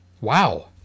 wow